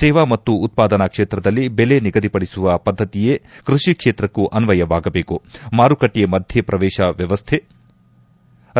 ಸೇವಾ ಮತ್ತು ಉತ್ಪಾದನಾ ಕ್ಷೇತ್ರದಲ್ಲಿ ದೆಲೆ ನಿಗದಿಪಡಿಸುವ ಪದ್ಧತಿಯೇ ಕೃಷಿ ಕ್ಷೇತ್ರಕ್ಕೂ ಅನ್ವಯವಾಗಬೇಕು ಮಾರುಕಟ್ಟೆ ಮಧ್ಯ ಪ್ರವೇತ ವ್ಯವಸ್ಥೆ